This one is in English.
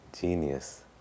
Genius